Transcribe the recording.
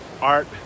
art